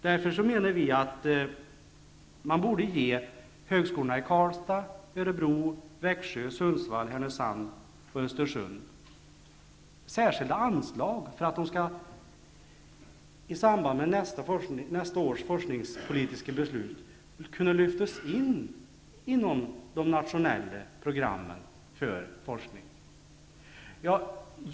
Därför menar vi att man borde ge högskolorna i Karlstad, Örebro, Växjö, Sundsvall/Härnösand och Östersund särskilda anslag för att de i samband med nästa års forskningspolitiska beslut skall kunna lyftas in inom de nationella programmen för forskning.